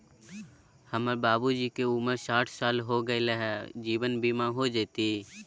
हमर बाबूजी के उमर साठ साल हो गैलई ह, जीवन बीमा हो जैतई?